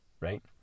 Right